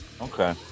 Okay